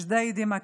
ג'דיידה-מכר,